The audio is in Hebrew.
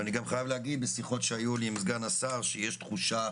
אני חייב להגיד שבשיחות שהיו לי עם סגן השרה יש תחושה